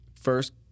first